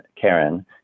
Karen